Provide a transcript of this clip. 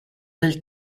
del